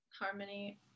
harmony